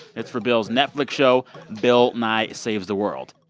it's for bill's netflix show bill nye saves the world.